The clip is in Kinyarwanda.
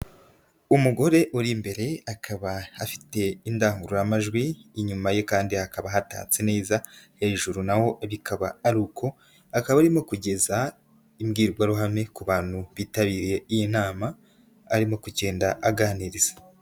Umugore uri imbere akaba afite indangururamajwi, inyuma ye kandi hakaba hatatse neza, hejuru naho bikaba ari uko, akaba arimo kugeza imbwirwaruhame ku bantu bitabiriye iyi nama, arimo kugenda aganiriza.